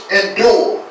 endure